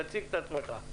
תציג את עצמך.